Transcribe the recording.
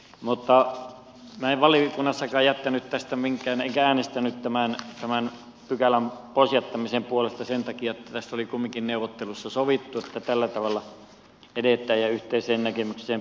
mutta minä en valiokunnassakaan jättänyt tästä mitään enkä äänestänyt tämän pykälän pois jättämisen puolesta sen takia että tästä oli kumminkin neuvottelussa sovittu että tällä tavalla edetään ja yhteiseen näkemykseen päästy